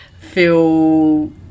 feel